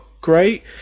great